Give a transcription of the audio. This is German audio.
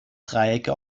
dreiecke